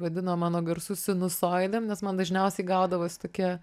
vadina mano garsų sinusoidėm nes man dažniausiai gaudavos tokia